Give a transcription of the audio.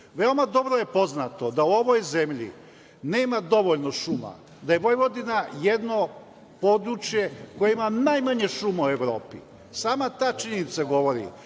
ide. Veoma dobro je poznato da u ovoj zemlji nema dovoljno šuma, da je Vojvodina jedno područje koje ima najmanje šuma u Evropi. Sama ta činjenica govori